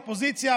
אופוזיציה,